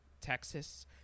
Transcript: texas